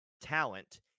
talent